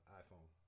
iPhone